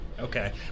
Okay